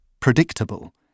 predictable –